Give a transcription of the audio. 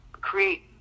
create